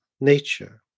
nature